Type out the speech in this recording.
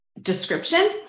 description